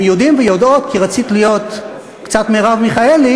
"אתם יודעים ויודעות" כי רצית להיות קצת מרב מיכאלי,